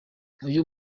uyu